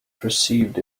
perceived